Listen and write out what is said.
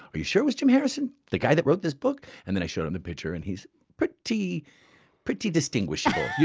are you sure it was jim harrison? the guy that wrote this book? and then i showed them the picture. and he's pretty pretty distinguishable,